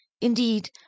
indeed